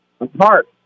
Apart